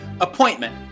appointment